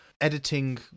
editing